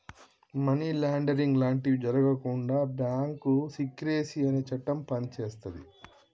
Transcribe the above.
money laundering లాంటివి జరగకుండా bank secrecy అనే చట్టం పనిచేస్తది